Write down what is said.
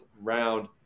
round